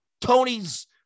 tony's